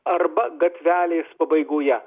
arba gatvelės pabaigoje